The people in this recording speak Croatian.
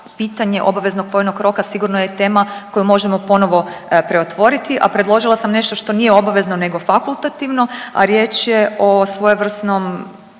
pitanje obaveznog vojnog roka sigurno je tama koju možemo ponovno preotvoriti, a predložila sam nešto što nije obvezno nego fakultativno, a riječ je o svojevrsnom